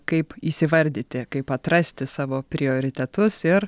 kaip įsivardyti kaip atrasti savo prioritetus ir